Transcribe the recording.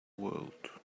world